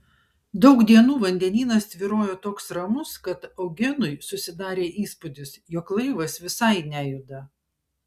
daug dienų vandenynas tvyrojo toks ramus kad eugenui susidarė įspūdis jog laivas visai nejuda